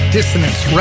Dissonance